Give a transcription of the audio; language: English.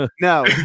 no